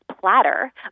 platter